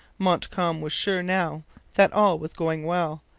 montcalm was sure now that all was going well.